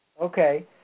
Okay